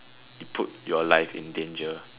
you put your life in danger